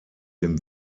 dem